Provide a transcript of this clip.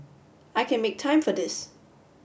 I can make time for this